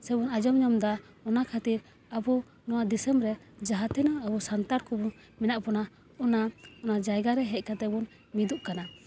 ᱥᱮᱵᱚᱱ ᱟᱸᱡᱚᱢ ᱧᱟᱢᱫᱟ ᱚᱱᱟ ᱠᱷᱟᱹᱛᱤᱨ ᱟᱵᱚ ᱱᱚᱣᱟ ᱫᱤᱥᱚᱢ ᱨᱮ ᱡᱟᱦᱟᱸ ᱛᱤᱱᱟᱹᱜ ᱟᱵᱚ ᱥᱟᱱᱛᱟᱲ ᱠᱚ ᱢᱮᱱᱟᱜ ᱵᱚᱱᱟ ᱚᱱᱟ ᱡᱟᱭᱜᱟᱨᱮ ᱦᱮᱡ ᱠᱟᱛᱮ ᱵᱚᱱ ᱢᱤᱫᱚᱜ ᱠᱟᱱᱟ